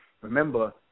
remember